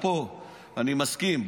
פה אני מסכים,